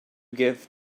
give